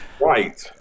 Right